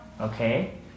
okay